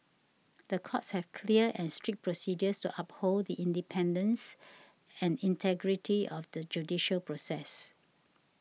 the courts have clear and strict procedures to uphold the independence and integrity of the judicial process